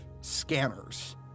scanners